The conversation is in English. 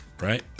right